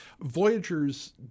voyagers